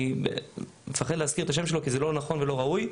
אני מפחד להזכיר את השם שלו כי זה לא נכון ולא ראוי.